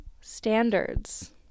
standards